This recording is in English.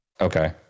okay